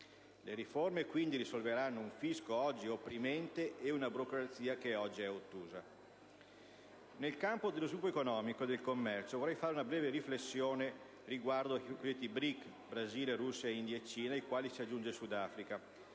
Le riforme quindi risolveranno un fisco oggi opprimente ed una burocrazia oggi ottusa. Nel campo dello sviluppo economico e del commercio vorrei fare una breve riflessione riguardo ai cosiddetti BRIC (Brasile, Russia, India e Cina), ai quali si aggiunge il Sudafrica,